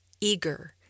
eager